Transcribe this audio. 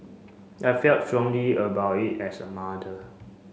I felt strongly about it as a mother